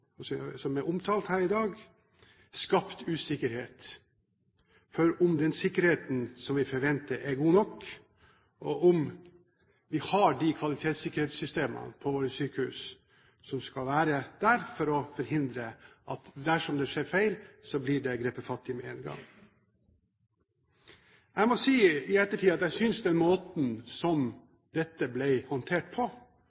som er omtalt her i dag, skapt usikkerhet, om den sikkerheten vi forventer, er god nok, og om vi har de kvalitetssikkerhetssystemene på våre sykehus som skal være der for å forhindre feil – og dersom det skjer feil, se til at det blir grepet fatt i det med en gang. Jeg må i ettertid si at den måten